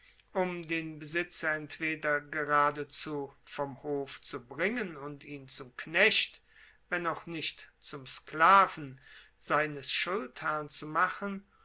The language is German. um den besitzer entweder geradezu vom hof zu bringen und ihn zum knecht wenn auch nicht zum sklaven seines schuldherrn zu machen